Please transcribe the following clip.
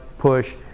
push